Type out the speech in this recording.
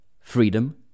Freedom